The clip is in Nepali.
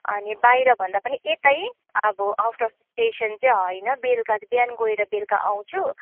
अनि बाहिर भन्दा पनि यतै अब आउट अफ् स्टेसन चाहिँ होइन बेलुका बिहान गएर बेलुका आउँछु